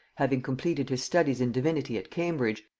having completed his studies in divinity at cambridge,